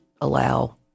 allow